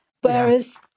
Whereas